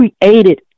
created